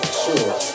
Sure